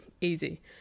Easy